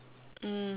mm